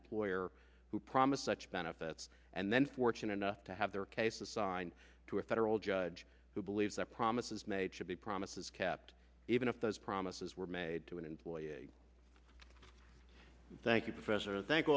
employer who promised such benefits and then fortunate enough to have their case assigned to a federal judge who believes that promises made should be promises kept even if those promises were made to an employer thank you professor